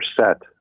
set